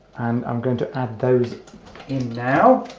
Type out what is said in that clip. and i'm going to add those in now